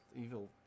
evil